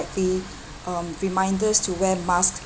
um reminders to wear mask